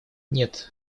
нет